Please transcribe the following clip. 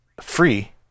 free